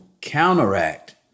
counteract